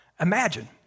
Imagine